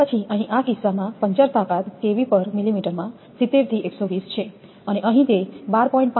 પછી અહીં આ કિસ્સામાં પંચર તાકાત 𝑘𝑉𝑚𝑚 માં 70 થી 120 છે અને અહીં તે 12